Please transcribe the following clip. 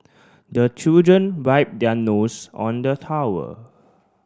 the children wipe their nose on the towel